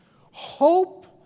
Hope